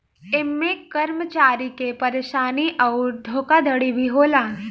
ऐमे कर्मचारी के परेशानी अउर धोखाधड़ी भी होला